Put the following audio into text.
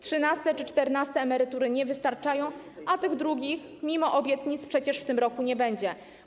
Trzynaste czy czternaste emerytury nie wystarczają, a tych drugich, mimo obietnic, przecież w tym roku nie będzie.